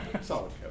Solid